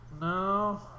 No